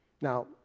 Now